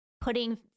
putting